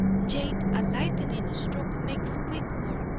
yet a lightning stroke makes quick work,